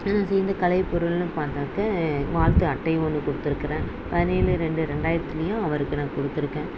நான் செய்த கலைப்பொருள்ன்னு பார்த்தாக்க வாழ்த்து அட்டை ஒன்று கொடுத்துருக்குறேன் பதினேழு ரெண்டு ரெண்டாயிரத்துலையும் அவருக்கு நான் கொடுத்துருக்கன்